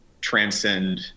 transcend